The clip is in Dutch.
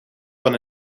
van